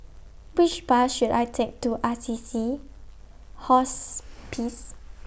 Which Bus should I Take to Assisi Hospice